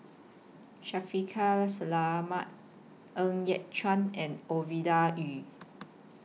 Shaffiq Selamat Ng Yat Chuan and Ovidia Yu